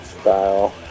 style